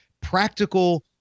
practical